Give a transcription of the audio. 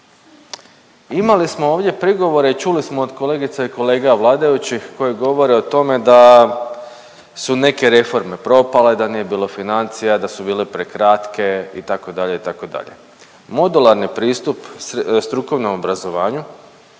Imali smo ovdje prigovore i čuli smo od kolegica i kolega vladajućih koji govore o tome da su neke reforme propale, da nije bilo financija, da su bile prekratke itd., itd., modularni pristup strukovnom obrazovanju